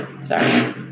sorry